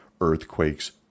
earthquakes